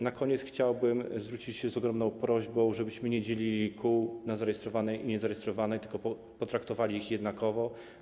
Na koniec chciałbym zwrócić się z ogromną prośbą, żebyśmy nie dzielili kół na zarejestrowane i niezarejestrowane, tylko potraktowali je jednakowo.